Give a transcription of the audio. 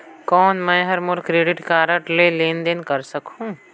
कौन मैं ह मोर क्रेडिट कारड ले लेनदेन कर सकहुं?